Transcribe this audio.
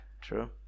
true